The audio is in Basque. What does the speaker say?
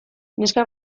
neska